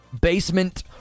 basement